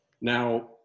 Now